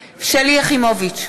יחימוביץ,